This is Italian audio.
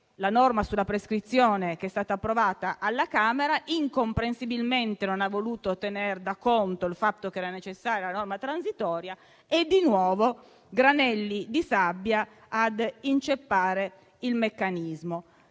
la norma sulla prescrizione, approvata alla Camera, incomprensibilmente non ha voluto tener conto del fatto che era necessaria la norma transitoria e, di nuovo, granelli di sabbia ad inceppare il meccanismo.